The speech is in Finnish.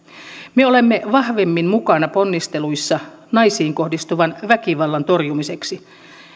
me olemme vahvemmin mukana ponnisteluissa naisiin kohdistuvan väkivallan torjumiseksi